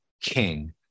king